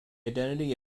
identity